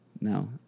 no